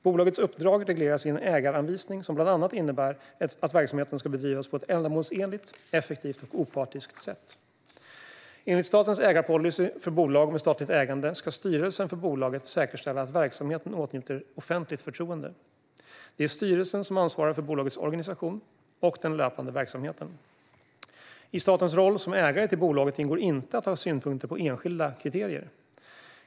Bolagets uppdrag regleras i en ägaranvisning som bland annat innebär att verksamheten ska bedrivas på ett ändamålsenligt, effektivt och opartiskt sätt. Enligt Statens ägarpolicy för bolag med statligt ägande ska styrelsen för bolaget säkerställa att verksamheten åtnjuter offentligt förtroende. Det är styrelsen som ansvarar för bolagets organisation och den löpande verksamheten. I statens roll som ägare till bolaget ingår inte att ha synpunkter på enskilda kriterier.